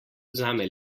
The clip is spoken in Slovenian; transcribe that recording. vzame